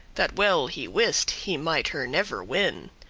that well he wist he might her never win,